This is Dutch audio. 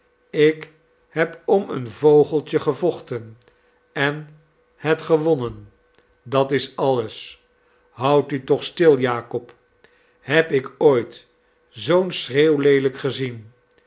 ik heb om een vogeltje gevochten en het gewonnen dat is alles houd u toch stil jacob heb ik ooit zoo'n schreeuwleelijk gezien